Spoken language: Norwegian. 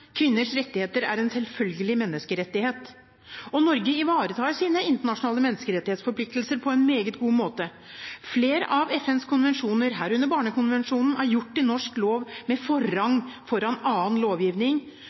kvinners rettigheter. Kvinners rettigheter er en selvfølgelig menneskerettighet, og Norge ivaretar sine internasjonale menneskerettighetsforpliktelser på en meget god måte. Flere av FNs konvensjoner, herunder Barnekonvensjonen, er gjort til norsk lov med forrang foran annen lovgivning.